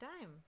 time